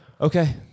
Okay